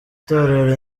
itorero